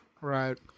Right